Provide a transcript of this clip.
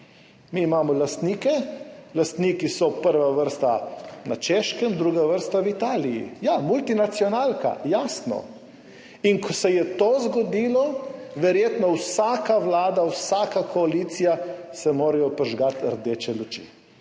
mi imamo lastnike, lastniki so, prva vrsta na Češkem, druga vrsta v Italiji. Ja, multinacionalka, jasno. In ko se to zgodi, se verjetno v vsaki vladi, vsaki koaliciji morajo prižgati rdeče luči,